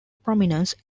prominence